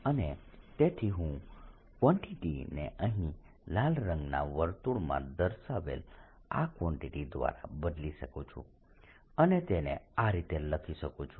અને તેથી હું આ ક્વાન્ટીટીને અહીં લાલ રંગના વર્તુળમાં દર્શાવેલ આ ક્વાન્ટીટી દ્વારા બદલી શકું છું અને તેને આ રીતે લખી શકું છું